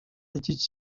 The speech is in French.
études